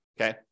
Okay